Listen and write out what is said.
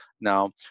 Now